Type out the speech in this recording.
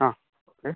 ആ ഓക്കേ